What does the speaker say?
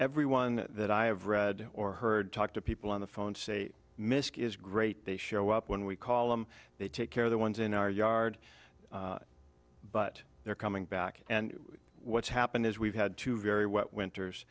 everyone that i have read or heard talk to people on the phone say misc is great they show up when we call them they take care of the ones in our yard but they're coming back and what's happened is we've had two very wet winters